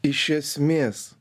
iš esmės